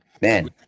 Man